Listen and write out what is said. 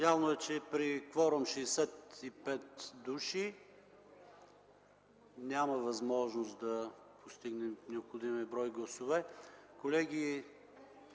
Явно е, че при кворум 65 души няма възможност да постигнем необходимия брой гласове. Колеги,